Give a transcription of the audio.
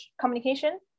communication